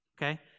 okay